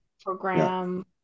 program